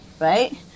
Right